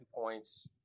points